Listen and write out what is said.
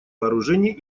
вооружений